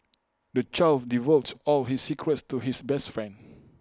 the child divulged all his secrets to his best friend